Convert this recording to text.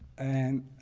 and